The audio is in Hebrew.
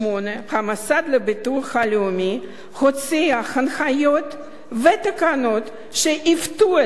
המוסד לביטוח הלאומי הוציא הנחיות ותקנות שעיוותו את החוק